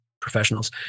professionals